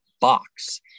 box